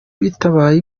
bitabaye